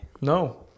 No